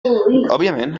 òbviament